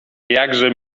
jakże